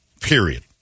Period